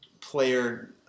player –